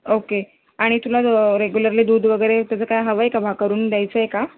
okay आणि तुला regularly दूध वगैरे त्याचं काय हवं आहे का भा करून द्यायचं आहे का